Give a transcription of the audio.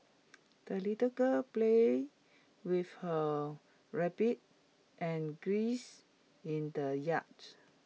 the little girl played with her rabbit and in the yard